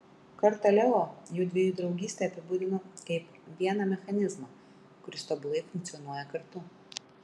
kartą leo jųdviejų draugystę apibūdino kaip vieną mechanizmą kuris tobulai funkcionuoja kartu